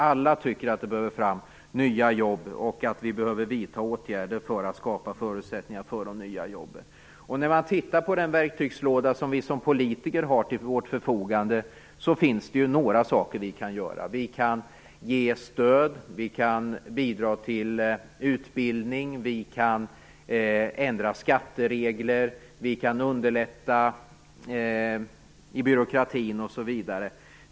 Alla tycker att vi behöver ta fram nya jobb och att vi behöver vidta åtgärder för att skapa förutsättningar för nya jobb. Tittar man på den verktygslåda som vi som politiker har till vårt förfogande finns det några saker vi kan göra. Vi kan ge stöd, vi kan bidra till utbildning, vi kan ändra skatteregler, vi kan underlätta i byråkratin osv.